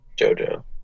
JoJo